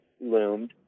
loomed